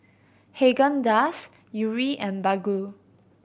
Haagen Dazs Yuri and Baggu